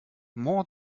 more